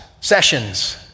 sessions